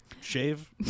Shave